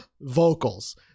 vocals